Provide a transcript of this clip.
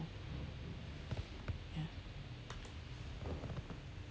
ya